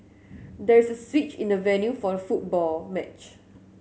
there is a switch in the venue for the football match